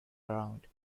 around